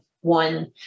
one